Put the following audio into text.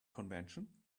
convention